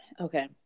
okay